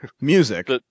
Music